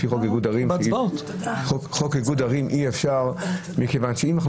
לפי חוק איגוד ערים אי אפשר מכיוון שאם אנחנו